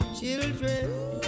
children